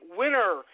winner